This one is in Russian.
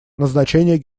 назначение